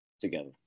together